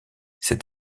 cet